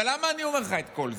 אבל למה אני אומר לך את כל זה?